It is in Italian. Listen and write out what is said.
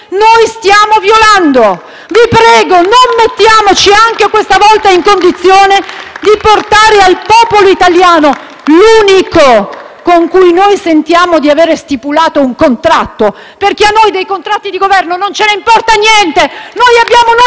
senatrice Biti)*. Vi prego, non mettiamoci anche stavolta in questa condizione dinnanzi al popolo italiano, l'unico con cui noi sentiamo di avere stipulato un contratto, perché a noi dei contratti di Governo non ce ne importa niente. Noi abbiamo